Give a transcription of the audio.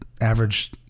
average